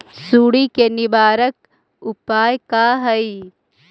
सुंडी के निवारक उपाय का हई?